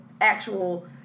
actual